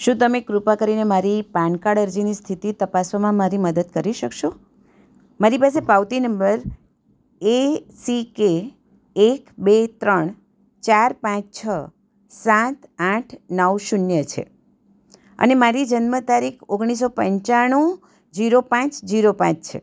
શું તમે કૃપા કરીને મારી પાન કાર્ડ અરજીની સ્થિતિ તપાસવામાં મારી મદદ કરી શકશો મારી પાસે પાવતી નંબર એ સી કે એક બે ત્રણ ચાર પાંચ છ સાત આઠ નવ શૂન્ય છે અને મારી જન્મ તારીખ ઓગણીસો પંચાણું જીરો પાંચ જીરો પાંચ છે